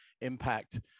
impact